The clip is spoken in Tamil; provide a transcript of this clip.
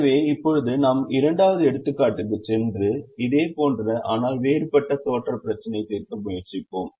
எனவே இப்போது நாம் இரண்டாவது எடுத்துக்காட்டுக்குச் சென்று இதேபோன்ற ஆனால் வேறுபட்ட தோற்றப் பிரச்சினையைத் தீர்க்க முயற்சிப்போம்